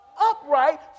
upright